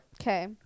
Okay